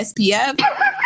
SPF